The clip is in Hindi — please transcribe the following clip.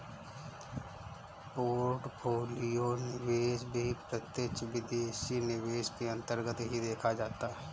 पोर्टफोलियो निवेश भी प्रत्यक्ष विदेशी निवेश के अन्तर्गत ही देखा जाता है